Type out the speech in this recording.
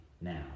now